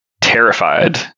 terrified